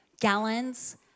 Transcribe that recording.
gallons